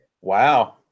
Wow